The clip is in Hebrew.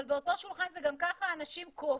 אבל באותו שולחן זה גם ככה אנשים קרובים.